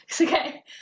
okay